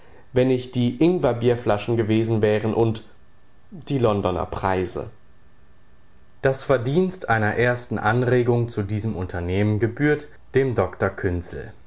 wenn nicht die ingwerbier flaschen gewesen wären und die londoner preise das verdienst einer ersten anregung zu diesem unternehmen gebührt dem dr